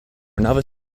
another